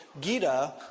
Gita